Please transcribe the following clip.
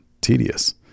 tedious